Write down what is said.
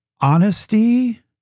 honesty